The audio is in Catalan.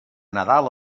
nadal